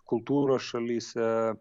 kultūros šalyse